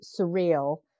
surreal